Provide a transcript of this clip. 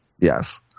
Yes